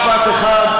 משפט אחד,